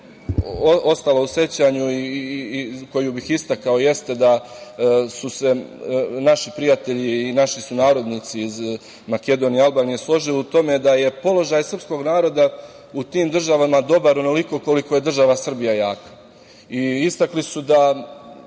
ostala u sećanju i koju bih istakao jeste da su se naši prijatelji i naši sunarodnici iz Makedonije i Albanije složili u tome da je položaj srpskog naroda u tim državama dobar onoliko koliko je država Srbija jaka. Istakli su i